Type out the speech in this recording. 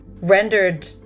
rendered